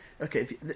Okay